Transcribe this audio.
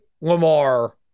Lamar